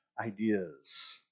ideas